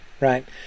Right